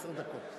עשר דקות.